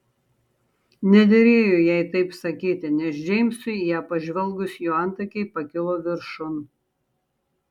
nederėjo jai taip sakyti nes džeimsui į ją pažvelgus jo antakiai pakilo viršun